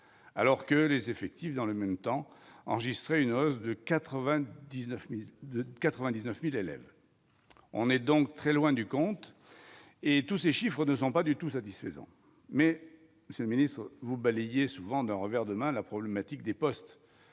alors que les effectifs dans le même temps, enregistré une hausse de 99 mise de 99000 élèves on est donc très loin du compte et tous ces chiffres ne sont pas du tout satisfaisant mais Monsieur le Ministre, vous balayez souvent d'un revers de main la problématique des postes